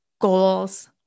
goals